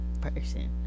person